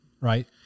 right